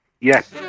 Yes